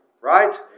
Right